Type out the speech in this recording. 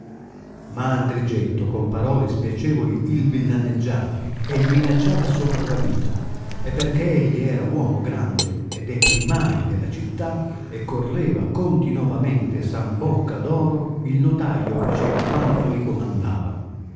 ma andrigetto con parole spiacevoli il villaneggiava e il minacciava sopra la vita e perchè egli era uomo grande e de prima della città e correva continovamente san bocca d oro il notaio faceva quanto li comandava